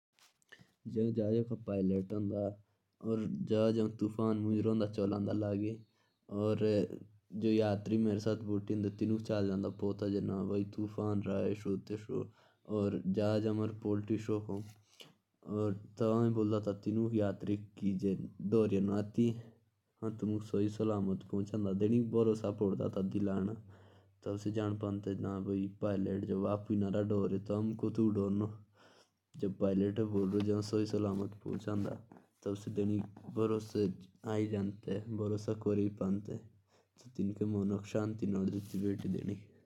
अगर मे जहाज का पायेलट होता और तूफान में चलाता रहता तो में उन्हे सतर्क करता कि कोई भी चिंता मत करो में तुम्हे सही सलामत पहुंचा दूंगा।